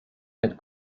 had